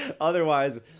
Otherwise